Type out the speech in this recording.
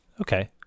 okay